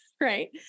right